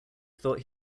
thought